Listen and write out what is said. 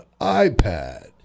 iPad